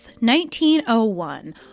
1901